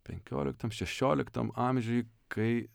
penkioliktam šešioliktam amžiuj kai